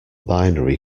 binary